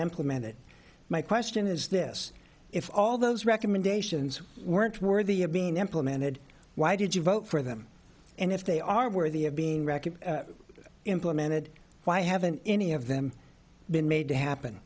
implemented my question is this if all those recommendations weren't worthy of being implemented why did you vote for them and if they are worthy of being record implemented why haven't any of them been made to happen